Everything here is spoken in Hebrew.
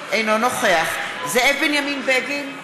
אינו נוכח זאב בנימין בגין,